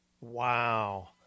Wow